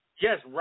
Yes